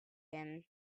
him